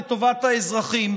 לטובת האזרחים.